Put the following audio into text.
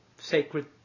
sacred